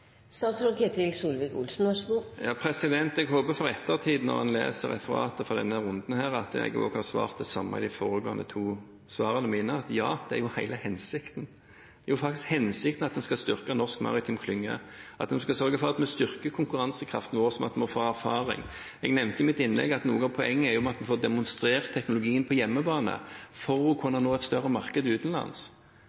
Jeg håper for ettertiden når en leser referatet fra denne runden, at jeg har sagt det samme i de foregående to svarene mine, at ja, det er jo hele hensikten. Hensikten er faktisk at en skal styrke norske maritime klynger, at vi skal sørge for at vi styrker konkurransekraften vår, og at vi også må få erfaring. Jeg nevnte i mitt innlegg at noe av poenget er at en må få demonstrert teknologien på hjemmebane for å